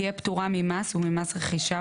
תהיה פטורה ממס וממס רכישה,